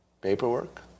paperwork